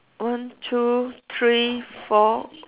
one two three four